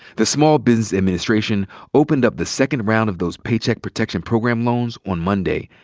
the small business administration opened up the second round of those paycheck protection program loans on monday,